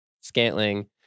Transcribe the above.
Scantling